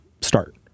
start